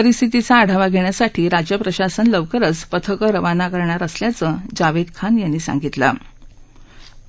परिस्थितीचा आढावा घेण्यासाठी राज्य प्रशासन लवकरच पथक उवाना करणार असल्याचकीीजावेद खान यापीी साधितलठ